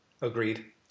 Agreed